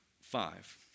Five